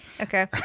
Okay